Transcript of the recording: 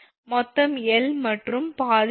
மொத்தம் 𝐿 மற்றும் பாதி 𝐿2